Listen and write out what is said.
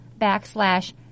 backslash